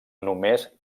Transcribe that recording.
només